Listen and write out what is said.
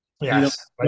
yes